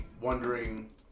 Wondering